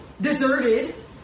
deserted